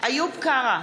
איוב קרא,